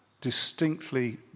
distinctly